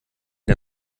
der